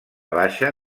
baixa